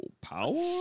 power